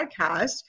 podcast